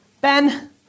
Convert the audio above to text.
Ben